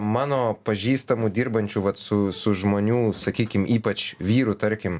mano pažįstamų dirbančių vat su su žmonių sakykim ypač vyrų tarkim